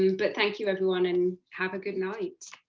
but thank you, everyone and have a good night?